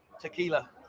Tequila